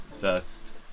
first